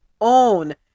own